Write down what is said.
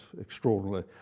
extraordinarily